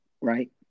right